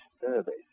service